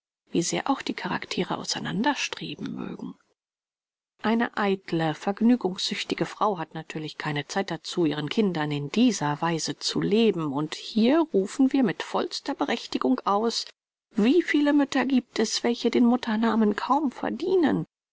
wie sehr auch die charaktere auseinanderstreben mögen die eitle vergnügungssüchtige frau hat natürlich keine zeit dazu ihren kindern in dieser weise zu leben und hier rufen wir mit vollster berechtigung aus wie viele mütter giebt es welche den mutternamen kaum verdienen